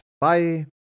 Bye